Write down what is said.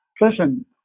listen